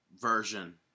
version